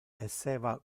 esseva